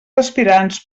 aspirants